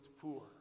poor